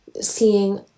seeing